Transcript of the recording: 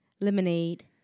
Lemonade